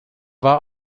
war